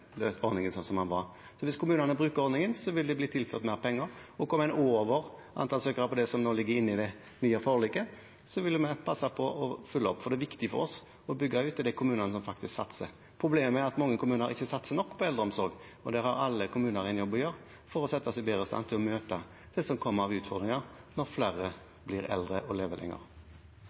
var. Hvis kommunene bruker ordningen, vil det bli tilført mer penger, og kommer en over det antall søknader som ligger inne i det nye forliket, vil vi passe på å fylle opp. Det er viktig for oss å bygge ut, og det er kommunene som satser. Problemet er at mange kommuner ikke satser nok på eldreomsorg. Der har alle kommuner en jobb å gjøre for å sette seg bedre i stand til å møte det som kommer av utfordringer når flere blir eldre og lever lenger.